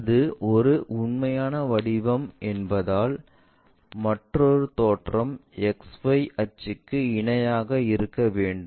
இது ஒரு உண்மையான வடிவம் என்பதால் மற்றொரு தோற்றம் XY அச்சுக்கு இணையாக இருக்க வேண்டும்